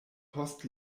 post